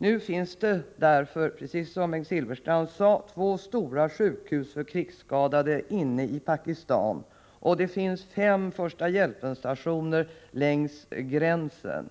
Nu finns det därför, precis som Bengt Silfverstrand sade, två stora sjukhus för krigsskadade inne i Pakistan, och det finns fem första-hjälpen-stationer längs gränsen.